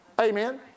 Amen